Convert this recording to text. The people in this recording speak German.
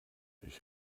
ich